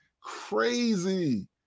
crazy